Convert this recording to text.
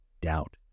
doubt